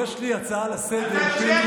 יש לי הצעה לסדר-היום,